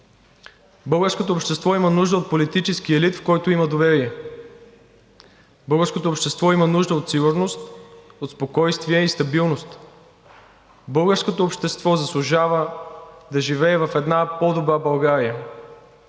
българското общество има нужда от политически елит, в който да има доверие. Българското общество има нужда от сигурност, от спокойствие и стабилност. Българското общество заслужава да живее в по-добра България.